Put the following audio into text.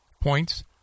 points